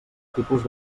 tipus